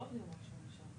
אני לא מומחה בניסוח,